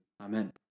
Amen